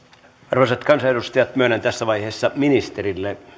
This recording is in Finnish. arvoisat kansanedustajat myönnän tässä vaiheessa ministerille